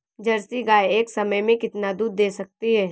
Jersey गाय एक समय में कितना दूध दे सकती है?